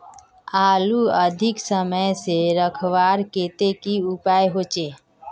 आलूक अधिक समय से रखवार केते की उपाय होचे?